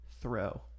throw